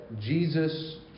Jesus